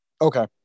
Okay